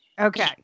Okay